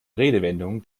redewendungen